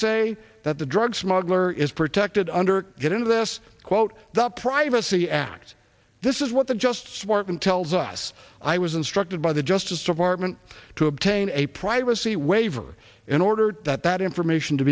say that the drug smuggler is protected under get into this quote the privacy act this is what the just smartened tells us i was instructed by the justice department to obtain a privacy waiver in order that that information to